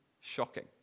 Shocking